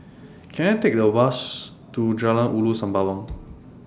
Can I Take A Bus to Jalan Ulu Sembawang